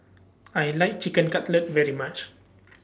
I like Chicken Cutlet very much